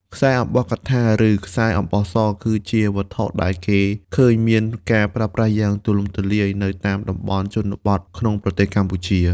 ខ្សែអំបោះកថា ឬ ខ្សែអំបោះស គឺជាវត្ថុដែលគេឃើញមានការប្រើប្រាស់យ៉ាងទូលំទូលាយនៅតាមតំបន់ជនបទក្នុងប្រទេសកម្ពុជា។